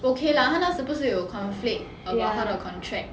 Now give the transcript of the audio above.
okay lah 他那时不是有 conflict about 他的 contract